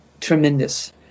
tremendous